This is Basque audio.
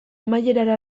amaiera